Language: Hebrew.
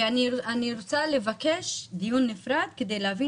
אני רוצה לבקש דיון נפרד כדי להבין